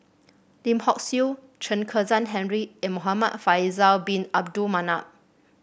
Lim Hock Siew Chen Kezhan Henri and Muhamad Faisal Bin Abdul Manap